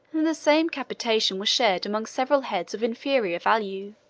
and the same capitation was shared among several heads of inferior value.